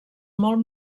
molt